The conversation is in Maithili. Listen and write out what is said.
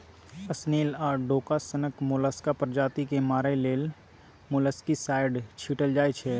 स्नेल आ डोका सनक मोलस्का प्रजाति केँ मारय लेल मोलस्कीसाइड छीटल जाइ छै